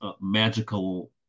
magical